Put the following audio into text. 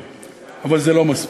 אבל זה לא מספיק.